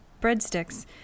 Breadsticks